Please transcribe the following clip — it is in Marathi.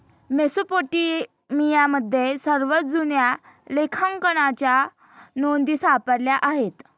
मेसोपोटेमियामध्ये सर्वात जुन्या लेखांकनाच्या नोंदी सापडल्या आहेत